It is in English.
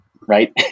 right